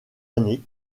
années